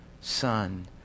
son